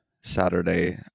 Saturday